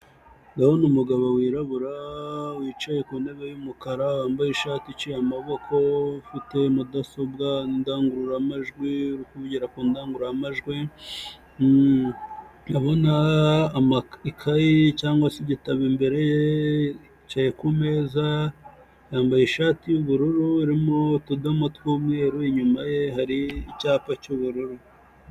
Ndabona umugabo wirabura wicaye ku ntebe y'umukara wambaye ishati iciye amaboko ufite mudasobwa n'idangururamajwi, uri kuvugira ku ndangurumajwi. Ndabona ikayi cyangwa se igitabo imbere ye, yicaye ku meza, yambaye ishati y'ubururu irimo utudomo tw'umweru, inyuma ye hari icyapa cy'ubururu.